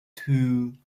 two